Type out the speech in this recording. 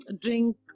drink